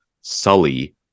Sully